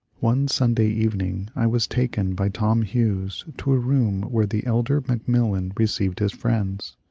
one sunday evening i was taken by tom hughes to a room where the elder macmillan received his friends.